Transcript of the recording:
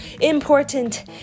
Important